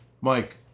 Mike